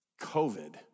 COVID